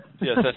Yes